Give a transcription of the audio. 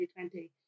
2020